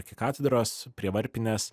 arkikatedros prie varpinės